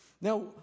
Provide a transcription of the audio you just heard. Now